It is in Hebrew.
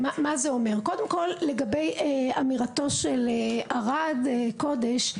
קודם כל, לגבי אמירתו של ערד קודש: